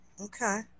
okay